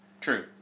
True